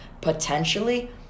potentially